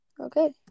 Okay